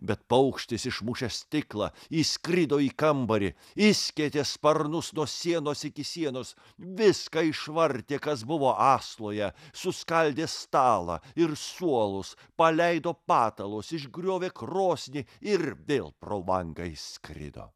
bet paukštis išmušęs stiklą įskrido į kambarį išskėtė sparnus nuo sienos iki sienos viską išvartė kas buvo asloje suskaldė stalą ir suolus paleido patalus išgriovė krosnį ir vėl pro langą išskrido